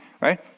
right